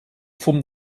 fum